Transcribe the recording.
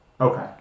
Okay